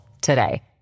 today